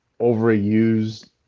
overused